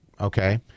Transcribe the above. okay